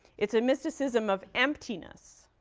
it's a mysticism of emptiness,